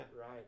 Right